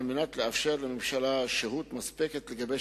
על מנת לאפשר לממשלה שהות מספקת לגבש